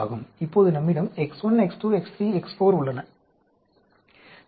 இப்போது நம்மிடம் X1 X2 X3 X4 உள்ளன